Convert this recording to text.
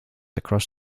across